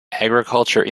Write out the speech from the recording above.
agriculture